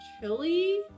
chili